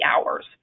hours